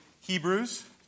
Hebrews